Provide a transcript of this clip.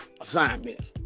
assignments